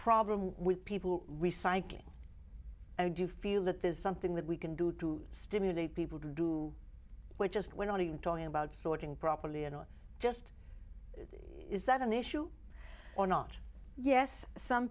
problem with people recycling do you feel that there's something that we can do to stimulate people to do what just we're not even talking about sorting properly and not just is that an issue or not yes some